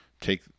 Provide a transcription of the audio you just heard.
take